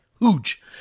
Huge